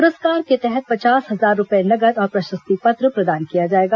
पुरस्कार के तहत पचास हजार रूपए नगद और प्रशस्ति पत्र प्रदान किया जाएगा